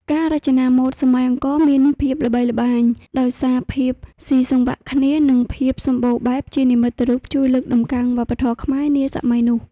ការរចនាម៉ូដសម័យអង្គរមានភាពល្បីល្បាញដោយសារភាពស៊ីសង្វាក់គ្នា និងភាពសម្បូរបែបជានិមិត្តរូបជួយលើកតម្កើងវប្បធម៌ខ្មែរនាសម័យនោះ។